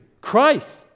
Christ